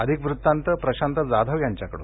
अधिक वृत्तांत प्रशांत जाधव यांच्याकडून